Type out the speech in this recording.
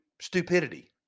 stupidity